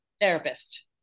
Therapist